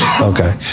Okay